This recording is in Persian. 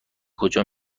کجا